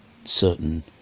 certain